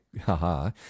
Ha-ha